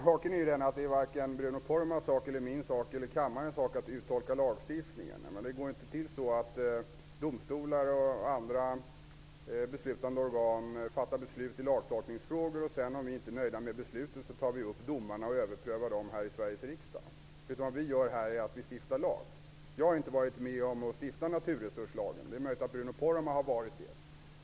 Herr talman! Haken är att det är varken Bruno Poromaas, min eller kammarens sak att tolka lagstiftningen. Det går inte till så att domstolar och andra beslutande organ fattar beslut i lagtolkningsfrågor och att vi här i Sveriges riksdag tar upp domar som vi inte är nöjda med och överprövar dem. Vad vi gör är att stifta lag. Jag har inte varit med om att stifta naturresurslagen -- det är möjligt att Bruno Poromaa har varit det.